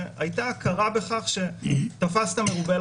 והייתה הכרה בכך שתפסת מרובה,